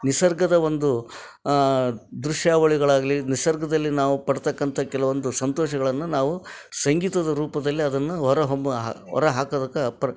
ನಿಸರ್ಗದ ಒಂದು ದೃಶ್ಯಾವಳಿಗಳಾಗಲಿ ನಿಸರ್ಗದಲ್ಲಿ ನಾವು ಪಡತಕ್ಕಂಥ ಕೆಲವೊಂದು ಸಂತೋಷಗಳನ್ನು ನಾವು ಸಂಗೀತದ ರೂಪದಲ್ಲಿ ಅದನ್ನು ಹೊರಹೊಮ್ಮಿ ಹಾ ಹೊರ ಹಾಕದಕ್ಕೆ ಪರ್